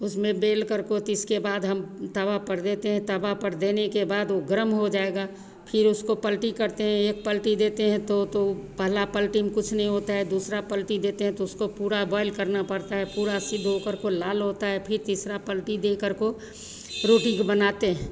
उसमें बेलकर को तो इसके बाद हम तवा पर देते हैं तवा पर देने के बाद वह गरम हो जाएगी फिर उसको पलटी करते हैं एक पलटी देते हैं तो तो पहली पलटी में कुछ नहीं होता है दूसरी पलटी देते हैं तो उसको पूरा बॉयल करना पड़ता है पूरा सिद्ध होकर को लाल होता है फिर तीसरी पलटी देकर को रोटी को बनाते हैं